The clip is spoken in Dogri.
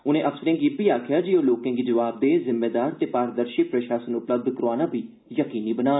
उनें अफसरें गी इब्बी आखेआ जे ओह् लोकें गी जोआबदेह् जिम्मेदार ते पारदर्शी प्रशासन उपलब्ध करोआना बी यकीनी बनान